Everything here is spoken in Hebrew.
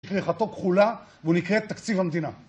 שכריכתו כחולה והוא נקרא תקציב המדינה